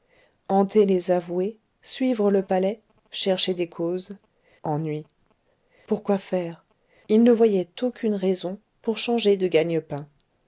hanter les avoués suivre le palais chercher des causes ennui pourquoi faire il ne voyait aucune raison pour changer de